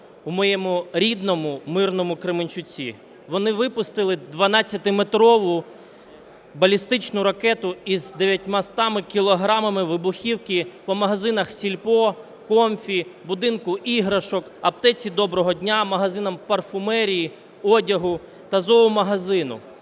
в моєму рідному мирному Кременчуці. Вони випустили 12-метрову балістичну ракету із 900 кілограмами вибухівки по магазинах "Сільпо", "Comfy", "Будинку іграшок", аптеці "Доброго дня", магазинам парфумерії, одягу та зоомагазину.